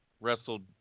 wrestled